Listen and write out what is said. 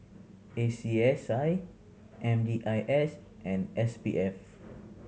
A C S I M D I S and S P F